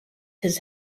his